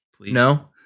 No